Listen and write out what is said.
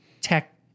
tech